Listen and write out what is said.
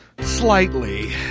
Slightly